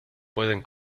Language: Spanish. pueden